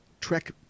Trek